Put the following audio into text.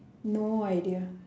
no idea